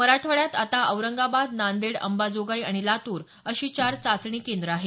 मराठवाड्यात आता औरंगाबाद नांदेड अंबाजोगाई आणि लातूर अशी चार चाचणी केंद्र आहेत